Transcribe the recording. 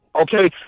Okay